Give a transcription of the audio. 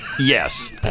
Yes